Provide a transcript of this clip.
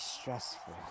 stressful